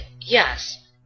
Yes